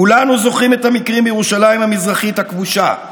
כולנו זוכרים את המקרים בירושלים המזרחית הכבושה,